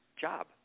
job